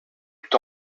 tout